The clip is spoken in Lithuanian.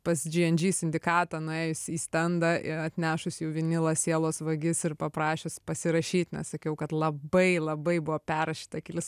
pas džy en džy sindikatą nuėjus į stendą i atnešus jų vinilą sielos vagis ir paprašius pasirašyt nes sakiau kad labai labai buvo perrašyta kelis